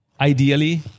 ideally